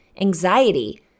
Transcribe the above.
anxiety